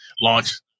launch